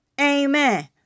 Amen